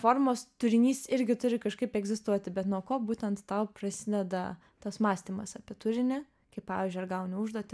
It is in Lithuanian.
formos turinys irgi turi kažkaip egzistuoti bet nuo ko būtent tau prasideda tas mąstymas apie turinį kai pavyzdžiui ar gauni užduotį